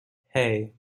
hey